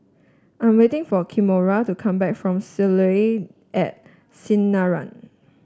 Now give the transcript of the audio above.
I'm waiting for Kimora to come back from Soleil at Sinaran